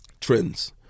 Trends